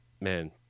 man